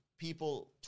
people